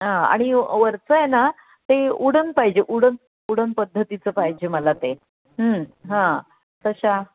हां आणि वरचं आहे ना ते उडन पाहिजे उडन उडन पद्धतीचं पाहिजे मला ते हां तशा